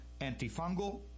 antifungal